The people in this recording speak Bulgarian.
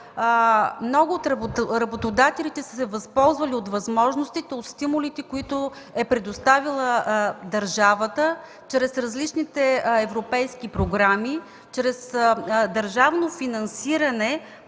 много от работодателите са се възползвали от възможностите, от стимулите, които е предоставила държавата чрез различните европейски програми, чрез държавно финансиране,